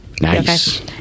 Nice